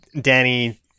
Danny